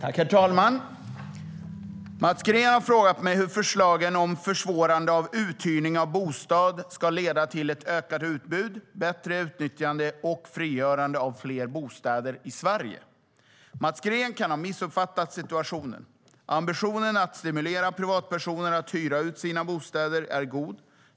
Herr talman! Mats Green har frågat mig hur förslagen om försvårande av uthyrning av bostad ska leda till ett ökat utbud, bättre utnyttjande och frigörande av fler bostäder i Sverige. Mats Green kan ha missuppfattat situationen. Ambitionen att stimulera privatpersoner att hyra ut sina bostäder är god.